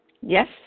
Yes